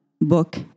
book